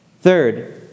Third